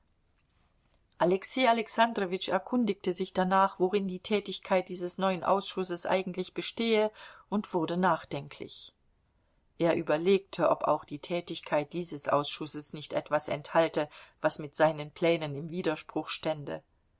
alexei alexandrowitsch erkundigte sich danach worin die tätigkeit dieses neuen ausschusses eigentlich bestehe und wurde nachdenklich er überlegte ob auch die tätigkeit dieses ausschusses nicht etwas enthalte was mit seinen plänen im widerspruch stände